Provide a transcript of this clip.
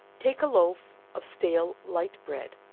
take a loaf of stale light bread,